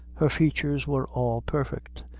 her features were all perfect,